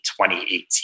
2018